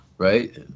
Right